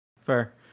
Fair